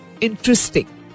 interesting